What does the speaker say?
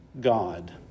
God